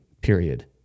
period